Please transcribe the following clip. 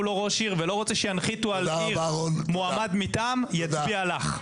לו ראש עיר ולא רוצה שינחיתו על העיר מועמד מטעם יצביע לך.